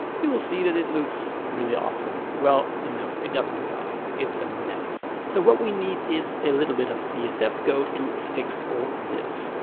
you will see that it looks really awesome. well, no, it doesn't look awesome, it's a mess. so what we need is a little bit of css to fix all this.